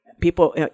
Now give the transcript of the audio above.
People